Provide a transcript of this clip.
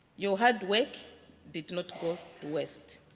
your hard work did not go to waste.